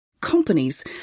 companies